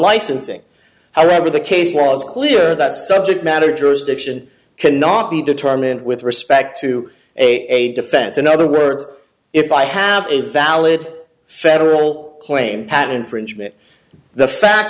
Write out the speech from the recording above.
licensing however the case law is clear that subject matter jurisdiction cannot be determined with respect to a defense in other words if i have a valid federal claim patent for enjoyment the fact